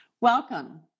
welcome